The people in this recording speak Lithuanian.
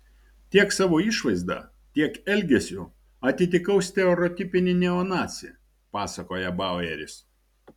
tiek savo išvaizda tiek elgesiu atitikau stereotipinį neonacį pasakoja baueris